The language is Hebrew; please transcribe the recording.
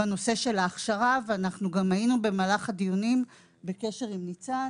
בנושא של ההכשרה ואנחנו גם היינו במהלך הדיונים בקשר עם ניצן